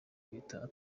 bita